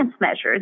measures